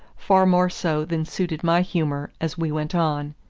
far more so than suited my humor, as we went on.